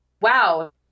wow